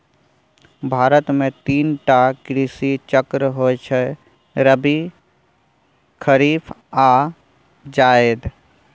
भारत मे तीन टा कृषि चक्र होइ छै रबी, खरीफ आ जाएद